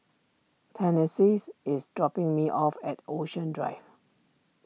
Tennessee is dropping me off at Ocean Drive